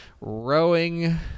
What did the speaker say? rowing